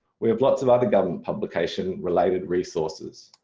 we have lots of other government publication related resources.